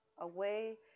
away